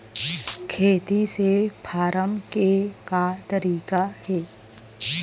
खेती से फारम के का तरीका हे?